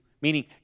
Meaning